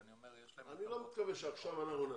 כשאני אומר --- אני לא מתכוון שעכשיו אנחנו נעשה,